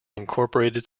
incorporated